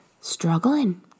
struggling